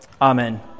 Amen